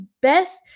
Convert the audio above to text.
best